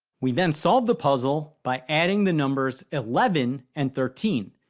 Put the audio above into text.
we then solve the puzzle by adding the numbers eleven and thirteen.